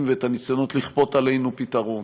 ואת הניסיונות לכפות עלינו פתרון,